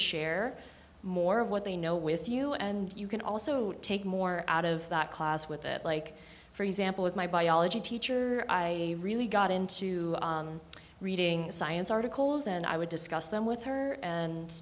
share more of what they know with you and you can also take more out of that class with it like for example with my biology teacher i really got into reading science articles and i would discuss them with her